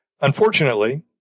Unfortunately